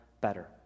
better